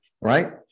Right